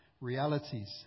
realities